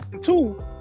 Two